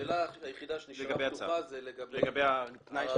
השאלה היחידה שנשארה פתוחה היא לגבי העררים.